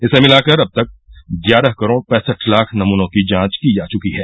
इसे मिलाकर अब तक ग्यारह करोड़ पैंसट लाख नमूनों की जांच की जा चुकी है